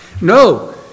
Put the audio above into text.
no